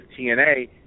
TNA